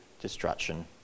destruction